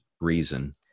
reason